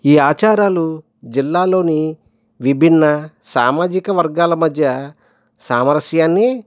ఈ ఆచారాలు జిల్లాలోని విభిన్న సామాజిక వర్గాల మధ్య సామరస్యాన్ని